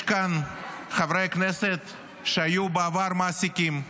יש כאן חברי כנסת שהיו בעבר מעסיקים.